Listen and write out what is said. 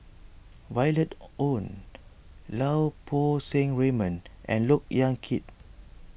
Violet Oon Lau Poo Seng Raymond and Look Yan Kit